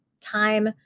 time